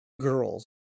girls